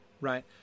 right